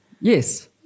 yes